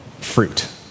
fruit